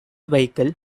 vehicle